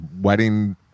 wedding